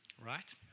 Right